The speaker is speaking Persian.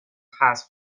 حذف